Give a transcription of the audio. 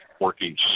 working